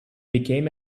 became